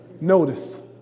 Notice